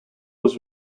was